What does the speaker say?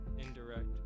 Indirect